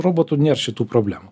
robotų nėr šitų problemų